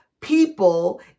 people